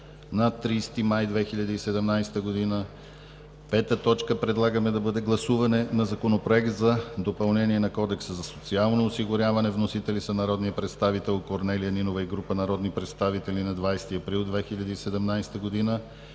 на 30 май 2017 г. 5. Първо гласуване на Законопроекта за допълнение на Кодекса за социално осигуряване. Вносители: народният представител Корнелия Нинова и група народни представители на 20 април 2017 г.